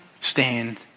stand